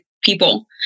people